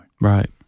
Right